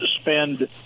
spend